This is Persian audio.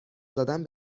زدن